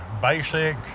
basic